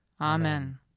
Amen